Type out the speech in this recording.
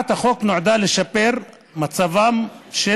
הצעת החוק נועדה לשפר את מצבם של